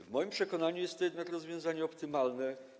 W moim przekonaniu jest to jednak rozwiązanie optymalne.